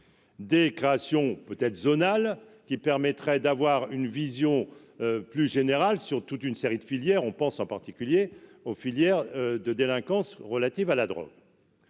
des créations peut être zonal, qui permettrait d'avoir une vision plus générale sur toute une série de filière, on pense en particulier aux filières de délinquance relatives à la drogue.